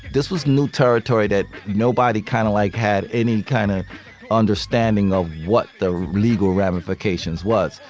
this was new territory that nobody kind of like had any kind of understanding of what the legal ramifications was.